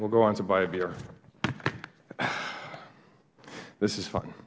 will go on to buy a beer this is fun